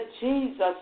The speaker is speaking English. Jesus